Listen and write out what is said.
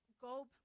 go